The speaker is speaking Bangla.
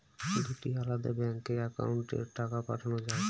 দুটি আলাদা ব্যাংকে অ্যাকাউন্টের টাকা পাঠানো য়ায়?